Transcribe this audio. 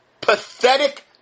pathetic